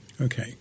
Okay